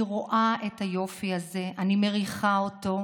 אני רואה את היופי הזה, אני מריחה אותו,